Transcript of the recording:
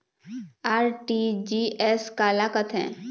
RTGS काला कथें?